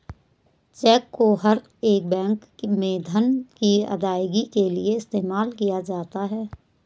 check को हर एक बैंक में धन की अदायगी के लिये इस्तेमाल किया जाता है